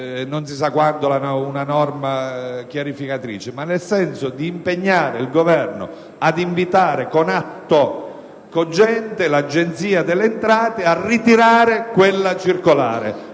chissa quando, una norma chiarificatrice, ma nel senso di impegnare il Governo ad invitare, con atto cogente, l'Agenzia delle entrate a ritirare la circolare,